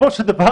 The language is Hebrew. בסופו של דבר,